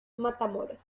matamoros